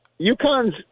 UConn's